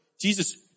Jesus